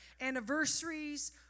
Anniversaries